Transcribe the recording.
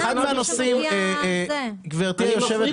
גברתי יושבת